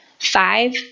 Five